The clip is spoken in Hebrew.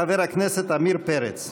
חבר הכנסת עמיר פרץ.